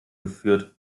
geführt